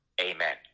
Amen